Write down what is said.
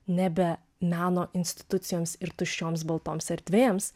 nebe meno institucijoms ir tuščioms baltoms erdvėms